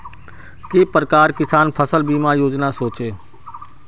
के प्रकार किसान फसल बीमा योजना सोचें?